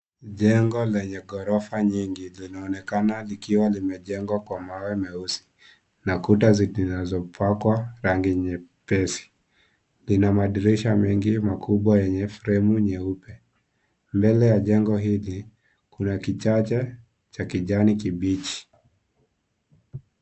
Jengo lenye ghorofa nyingi linaonekana likiwa limejengwa kwa mawe meusi na kuta zinazopakwa rangi nyepesi. Lina madirisha mengi makubwa yenye fremu nyeupe. Mbele ya jengo hili kuna kichache cha kijani kibichi.